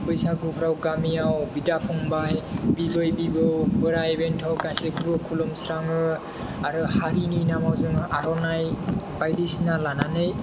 बैसागुफ्राव गामियाव बिदा फंबाय बिबै बिबौ बोराय बेन्थ' गासैखौबो खुलुमस्राङो आरो हारिनि नामाव जोङो आर'नाइ बायदिसिना लानानै